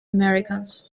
americas